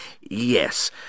Yes